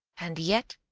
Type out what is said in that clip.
and yet,